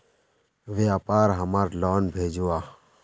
व्यापार हमार लोन भेजुआ?